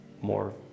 more